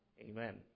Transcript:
Amen